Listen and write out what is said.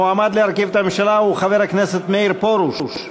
המועמד להרכיב את הממשלה הוא חבר הכנסת מאיר פרוש.